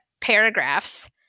paragraphs